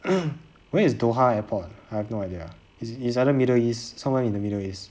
where is doha airport I have no idea is is either middle east somewhere in the middle east